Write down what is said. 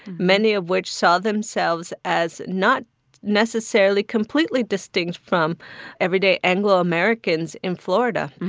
many of which saw themselves as not necessarily completely distinct from everyday anglo-americans in florida,